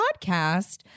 podcast